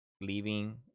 leaving